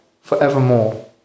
forevermore